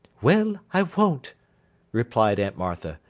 well, i won't replied aunt martha.